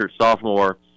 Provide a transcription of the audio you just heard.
sophomore